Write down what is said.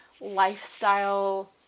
lifestyle